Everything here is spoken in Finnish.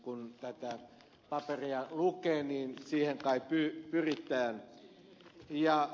kun tätä paperia lukee niin siihen kai pyritään